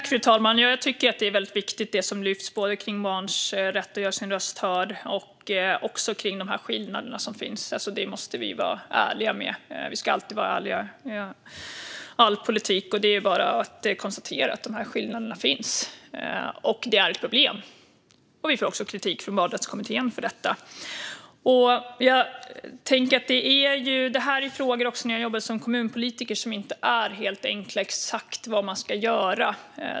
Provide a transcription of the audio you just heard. Fru talman! Jag tycker att det som lyfts är väldigt viktigt. Det gäller både barns rätt att göra sin röst hörd och de skillnader som finns. Det måste vi vara ärliga med. Vi ska alltid vara ärliga med all politik, och det är bara att konstatera att skillnaderna finns och att det är ett problem. Vi får också kritik från Barnrättskommittén för detta. Jag jobbade också som kommunpolitiker med de här frågorna. Det är frågor som inte är helt enkla när det gäller exakt hur man ska göra.